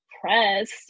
pressed